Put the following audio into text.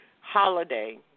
holiday